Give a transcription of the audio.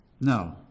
No